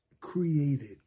created